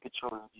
control